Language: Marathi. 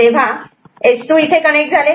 तेव्हा S2 इथे कनेक्ट झाले